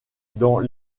dans